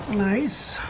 nice